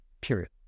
period